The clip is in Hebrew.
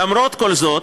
למרות כל זאת,